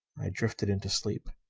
i drifted into sleep,